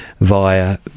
via